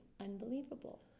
unbelievable